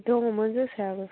दङमोन जोसायाबो